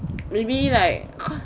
maybe like